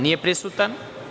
Nije prisutan.